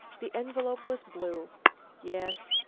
the envelope was blue yes,